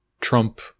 trump